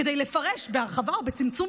כדי לפרש בהרחבה או בצמצום,